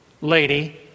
lady